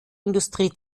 industrie